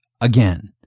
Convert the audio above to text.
again